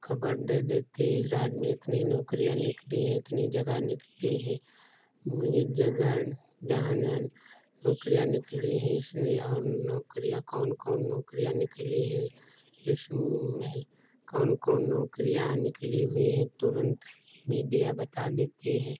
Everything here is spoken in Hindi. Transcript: खबर दे देती है इस राज्य में इतनी नौकरियाँ निकली हैं इतनी जगह निकली हैं जिस जगह जहाँ जहाँ नौकरियाँ निकली हैं इसलिए और नौकरियाँ कौन कौन नौकरियाँ निकली हैं जिसमें कौन कौन नौकरियाँ निकली हुई हैं तुरन्त मीडिया बता देती है